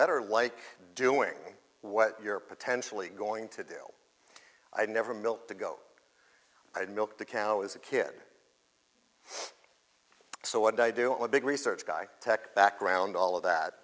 better like doing what you're potentially going to do i never milk to go i had milk the cow is a kid so what i do or big research guy tech background all of that